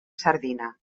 sardina